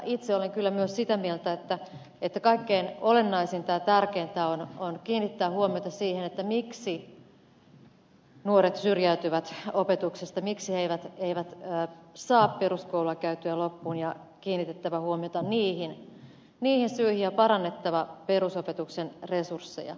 itse olen kyllä myös sitä mieltä että kaikkein olennaisinta ja tärkeintä on kiinnittää huomiota siihen miksi nuoret syrjäytyvät opetuksesta miksi he eivät saa peruskoulua käytyä loppuun ja on kiinnitettävä huomiota niihin syihin ja parannettava perusopetuksen resursseja